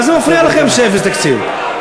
מה זה מפריע לכם שאפס תקציב?